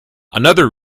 another